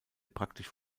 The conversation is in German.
praktisch